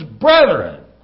brethren